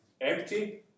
empty